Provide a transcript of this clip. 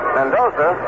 Mendoza